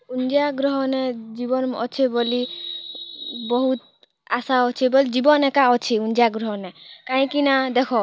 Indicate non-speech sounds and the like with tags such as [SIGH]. [UNINTELLIGIBLE] ଗ୍ରହନେ ଜୀବନ୍ ଅଛେ ବୋଲି ବହୁତ୍ ଆଶା ଅଛେ ବୋଲି ଜୀବନ୍ ଏକା ଅଛେ [UNINTELLIGIBLE] ଗ୍ରହନେ କାହିଁକିନା ଦେଖ